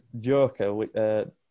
Joker